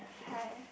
hi